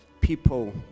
people